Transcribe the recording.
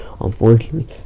Unfortunately